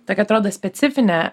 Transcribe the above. tokia atrodo specifinę